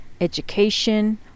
education